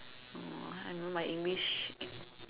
oh I remember my English